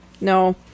No